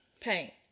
Paint